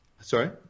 sorry